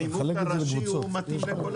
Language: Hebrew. הנימוק הראשי מתאים לכל